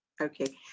Okay